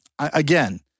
Again